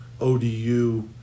ODU